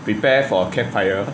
prepare for a campfire